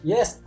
Yes